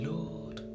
Lord